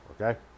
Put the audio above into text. okay